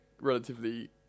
relatively